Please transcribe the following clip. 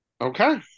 Okay